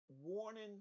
warning